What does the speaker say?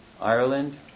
Ireland